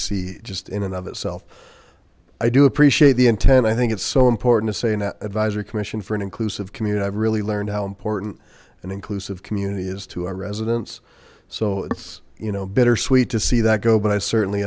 cic just in and of itself i do appreciate the intent i think it's so important to say an advisory commission for an inclusive community i've really learned how important an inclusive community is to our residents so it's you know bittersweet to see that go but i certainly